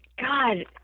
God